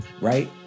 right